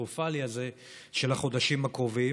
הקטסטרופלי הזה של החודשים הקרובים.